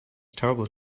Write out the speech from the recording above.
terrible